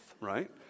Right